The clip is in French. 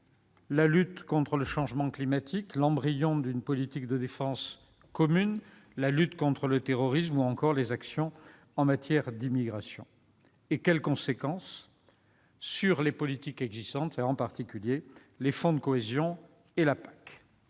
la lutte contre le changement climatique, l'embryon d'une politique de défense commune, la lutte contre le terrorisme ou encore les actions en matière d'immigration ? Quelles seront les conséquences sur les politiques existantes, en particulier les fonds de cohésion et la PAC ?